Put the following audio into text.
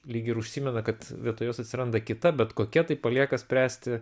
lyg ir užsimena kad vietoj jos atsiranda kita bet kokia tai palieka spręsti